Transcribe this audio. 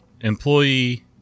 employee